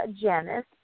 Janice